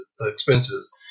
expenses